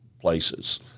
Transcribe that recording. places